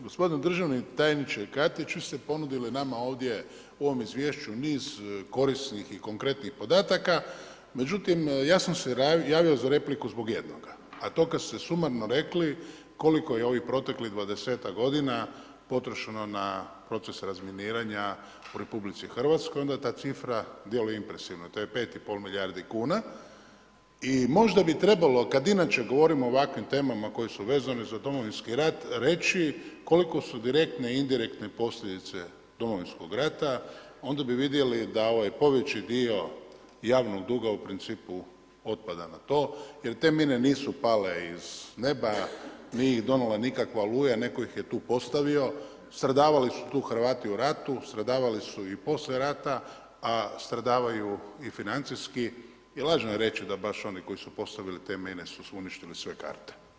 Gospodine državni tajniče Katić, vi ste ponudili nama ovdje u ovome izvješću niz korisnih i konkretnih podataka, međutim ja sam se javio na repliku zbog jednoga, a to kada ste sumarno rekli koliko je ovih proteklih dvadesetak godina potrošeno na proces razminiranja u RH, onda ta cifra djeluje impresivno, to je 5 i pol milijardi kuna i možda bi trebalo, kad inače govorimo o ovakvim temama koje su vezane za Domovinski rat reći koliko su direktne i indirektne posljedice Domovinskog rata, onda bi vidjeli da ovaj poveći dio javnog duga u principu otpada na to jer te mine nisu pale iz neba, nije ih donijela nikakva oluja, netko ih je tu postavio, stradavali su tu Hrvati u ratu, stradavali su i poslije rata, a stradavaju i financijski i lažno je reći da baš oni koji su postavili te mine su uništili sve karte.